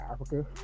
Africa